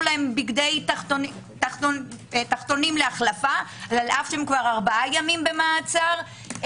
להם תחתונים להחלפה אחרי ארבעה ימים במעצר,